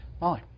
Molly